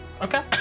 Okay